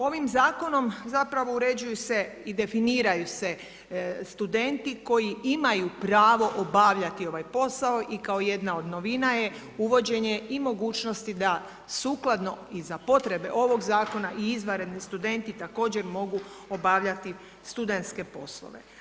Ovim zakonom zapravo uređuju se i definiraju se studenti koji imaju pravo obavljati ovaj posao i kao jedna od novina je uvođenje i mogućnosti da sukladno i za potrebe ovog zakona i izvanredni studenti također mogu obavljati studentske poslove.